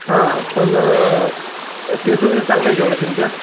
हा पण टेस्ट वगैरे चांगली आहे ना जेवणाची तुमच्या